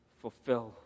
fulfill